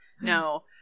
No